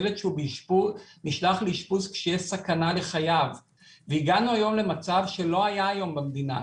ילד נשלח לאשפוז כשיש סכנה לחייו והגענו היום למצב שלא היה היום במדינה,